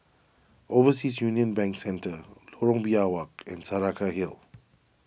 Overseas Union Bank Centre Lorong Biawak and Saraca Hill